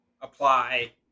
apply